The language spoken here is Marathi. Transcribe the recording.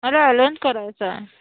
मला एलेवेंथ करायचं आहे